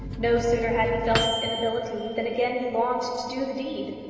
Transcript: no sooner had he felt his inability than again he longed to do the deed.